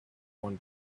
one